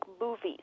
movies